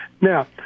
Now